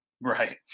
Right